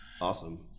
Awesome